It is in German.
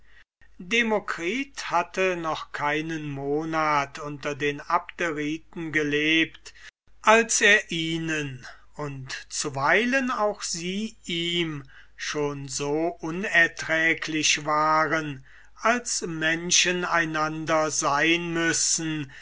demokritus hatte noch keinen monat unter den abderiten gelebt als er ihnen und zuweilen auch sie ihm schon so unerträglich waren als menschen einander sein müssen